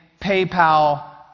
PayPal